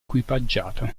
equipaggiato